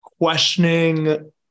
questioning